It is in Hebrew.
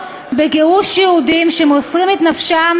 טענתם שמישהו נמצא,